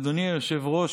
אדוני היושב-ראש,